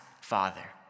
Father